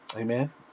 Amen